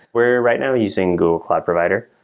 we're right now using google cloud provider.